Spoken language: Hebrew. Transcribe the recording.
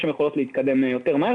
התקדמו יותר מהר.